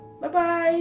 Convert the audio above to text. bye-bye